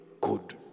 good